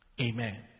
Amen